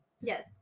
Yes